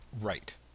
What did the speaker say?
Right